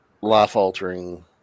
life-altering